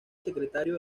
secretario